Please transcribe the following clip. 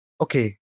Okay